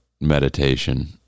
meditation